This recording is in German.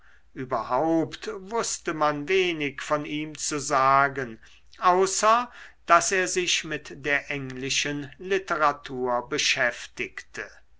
überhaupt wußte man wenig von ihm zu sagen außer daß er sich mit der englischen literatur beschäftige